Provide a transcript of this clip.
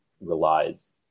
relies